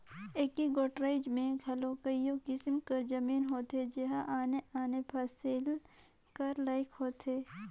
एके गोट राएज में घलो कइयो किसिम कर जमीन होथे जेहर आने आने फसिल कर लाइक होथे